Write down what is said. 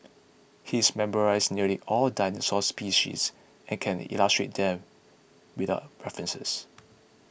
he's memorised nearly all dinosaur species and can illustrate them without references